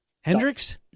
Hendricks